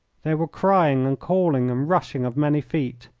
there were crying and calling and rushing of many feet.